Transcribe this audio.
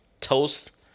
toast